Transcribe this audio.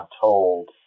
told